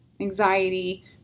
anxiety